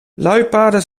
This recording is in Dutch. luipaarden